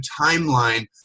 timeline